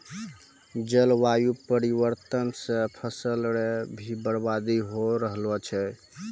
जलवायु परिवर्तन से फसल रो भी बर्बादी हो रहलो छै